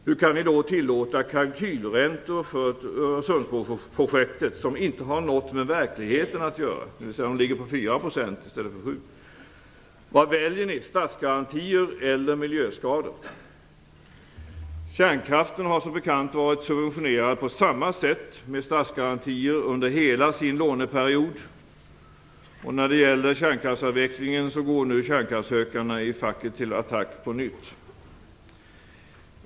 Hur kan vi då tillåta kalkylräntor för Öresundsbroprojektet som inte har någonting med verkligheten att göra? De ligger på 4 % i stället för 7. Vad väljer ni - statsgarantier eller miljöskador. Kärnkraften har som bekant varit subventionerad på samma sätt - med statsgarantier under hela sin låneperiod. Och när det gäller kärnkraftsavvecklingen går nu kärnkraftshökarna i facket till attack på nytt.